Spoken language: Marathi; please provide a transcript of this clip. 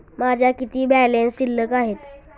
माझा किती बॅलन्स शिल्लक आहे?